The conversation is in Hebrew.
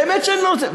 באמת שאני לא רוצה.